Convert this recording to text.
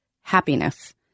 happiness